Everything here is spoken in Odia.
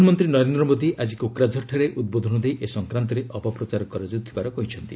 ପ୍ରଧାନମନ୍ତ୍ରୀ ନରେନ୍ଦ୍ର ମୋଦୀ ଆଜି କୋକ୍ରାଝରଠାରେ ଉଦ୍ବୋଧନ ଦେଇ ଏ ସଂକ୍ରାନ୍ତରେ ଅପପ୍ରଚାର କରାଯାଉଥିବାର କହିଛନ୍ତି